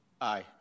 Aye